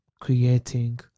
creating